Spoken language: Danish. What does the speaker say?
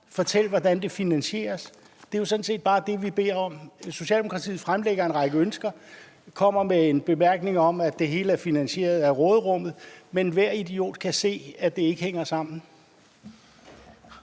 Fortæl, hvordan det finansieres. Det er jo sådan set bare det, vi beder om. Socialdemokratiet fremlægger en række ønsker og kommer med en bemærkning om, at det hele er finansieret af råderummet, men enhver idiot kan se, at det ikke hænger sammen.